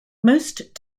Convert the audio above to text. most